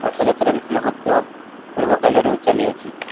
ରଥଯାତ୍ରାର ମହତ୍ତ୍ୱ ପୂର୍ବ କାଳରୁ ଚାଲିଅଛି